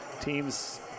Teams